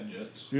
Jets